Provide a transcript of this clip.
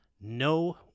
no